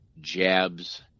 jabs